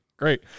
Great